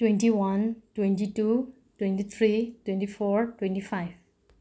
twenty one twenty two twenty three twenty four twenty five